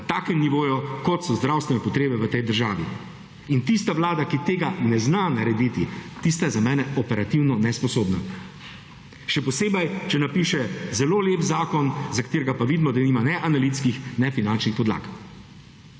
na takem nivoju, kot so zdravstvene potrebe v tej državi. In tista Vlada, ki tega ne zna narediti, tista je za mene operativno nesposobna. Še posebej, če napiše zelo lep zakon, za katerega pa vidimo, da nima ne analitskih, ne finančnih podlag.